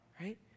Right